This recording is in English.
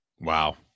Wow